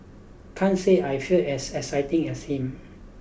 can't say I feel as excited as him